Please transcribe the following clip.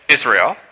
Israel